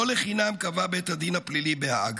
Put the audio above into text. לא לחינם קבע בית הדין הפלילי בהאג